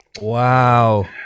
Wow